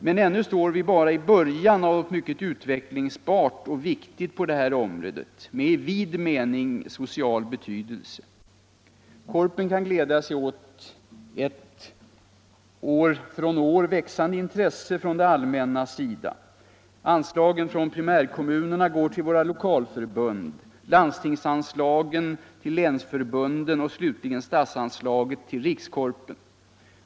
Men ännu står vi bara i början av något mycket utvecklingsbart och viktigt på detta område, med i vid mening social betydelse. Korpen kan glädja sig åt ett år från år växande intresse från det all männas sida. Anslagen från primärkommunerna går till våra lokalförbund, landstingsanslagen till länsförbunden och slutligen statsanslaget till Rikskorpen.